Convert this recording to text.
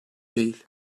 değil